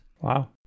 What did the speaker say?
Wow